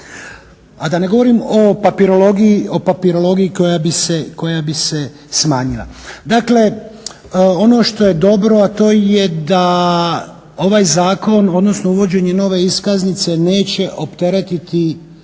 A da ne govorim o papirologiji koja bi se smanjila. Dakle, ono što je dobro a to je da ovaj zakon, odnosno uvođenje nove iskaznice neće opteretiti